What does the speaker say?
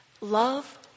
Love